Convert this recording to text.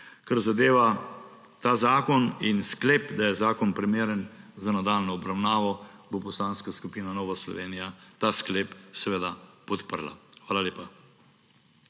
Kar zadeva ta zakon in sklep, da je zakon primeren za nadaljnjo obravnavo, bo Poslanska skupina Nova Slovenija ta sklep seveda podprla. Hvala lepa.